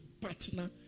partner